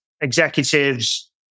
executives